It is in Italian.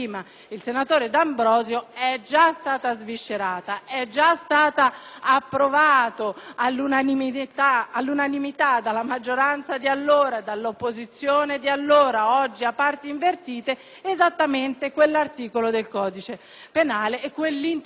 approvato all'unanimità dalla maggioranza di allora e dall'opposizione di allora (oggi a parti invertite) esattamente quell'articolo del codice penale che prevede l'introduzione del reato di tortura. Quindi, vorrei chiedere anzitutto lumi al Sottosegretario.